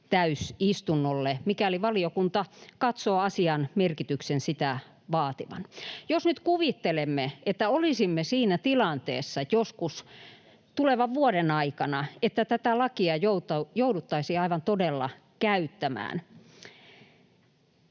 täysistunnolle, mikäli valiokunta katsoo asian merkityksen sitä vaativan. Jos nyt kuvittelemme, että olisimme siinä tilanteessa joskus tulevan vuoden aikana, että tätä lakia jouduttaisiin aivan todella käyttämään